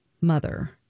mother